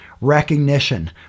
recognition